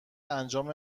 انجام